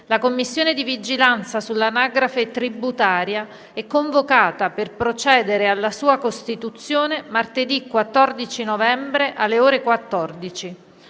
La Commissione di vigilanza sull'anagrafe tributaria è convocata, per procedere alla sua costituzione, martedì 14 novembre, alle ore 14.